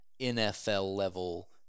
NFL-level